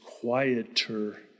quieter